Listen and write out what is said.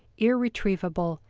irretrievable,